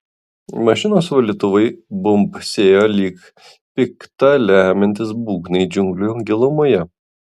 mašinos valytuvai bumbsėjo lyg pikta lemiantys būgnai džiunglių gilumoje